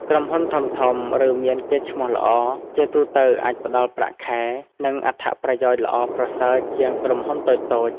ក្រុមហ៊ុនធំៗ ឬមានកេរ្តិ៍ឈ្មោះល្អ ជាទូទៅអាចផ្តល់ប្រាក់ខែ និងអត្ថប្រយោជន៍ល្អប្រសើរជាងក្រុមហ៊ុនតូចៗ។